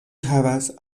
havas